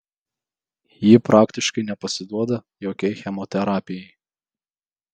ji praktiškai nepasiduoda jokiai chemoterapijai